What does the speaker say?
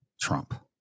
Trump